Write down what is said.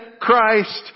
Christ